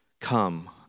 Come